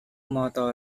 motto